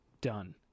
done